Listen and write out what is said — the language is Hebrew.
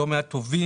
לא מעט טובים,